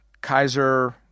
Kaiser